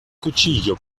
cuchillo